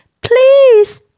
Please